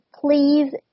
please